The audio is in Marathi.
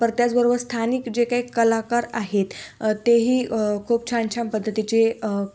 परं त्याचबरोबर स्थानिक जे काही कलाकार आहेत तेही खूप छान छान पद्धतीचे